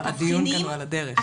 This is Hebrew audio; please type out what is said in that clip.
הדיון כאן הוא על הדרך.